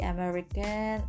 American